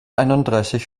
einunddreißig